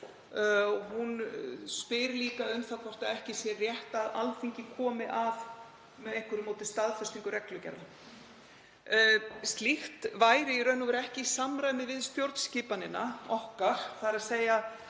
Hún spyr líka um það hvort ekki sé rétt að Alþingi komi með einhverju móti að staðfestingu reglugerða. Slíkt væri í raun og veru ekki í samræmi við stjórnskipan okkar.